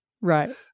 right